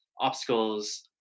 obstacles